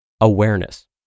Awareness